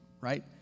right